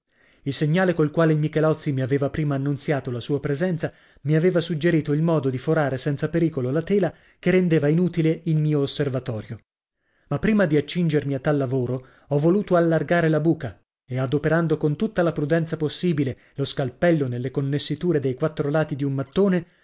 il segnale col quale il michelozzi mi aveva prima annunziato la sua presenza mi aveva suggerito il modo di forare senza pericolo la tela che rendeva inutile il mio osservatorio ma prima di accingermi a tal lavoro ho voluto allargare la buca e adoperando con tutta la prudenza possibile lo scalpello nelle connessiture dei quattro lati di un mattone